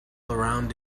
around